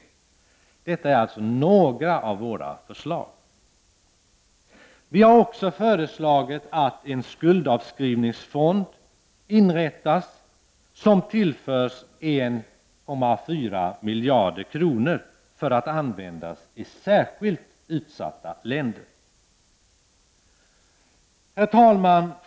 Detta är alltså några av våra förslag. Vi har även föreslagit att en skuldavskrivningsfond inrättas och tillförs 1,4 miljarder kronor för att användas i särskilt utsatta länder. Herr talman!